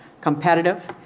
competitive